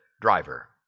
driver